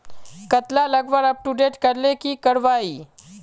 कतला लगवार अपटूडेट करले की करवा ई?